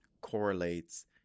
correlates